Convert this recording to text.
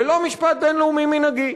ולא משפט בין-לאומי מנהגי.